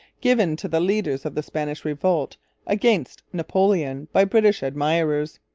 given to the leaders of the spanish revolt against napoleon by british admirers.